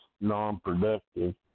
non-productive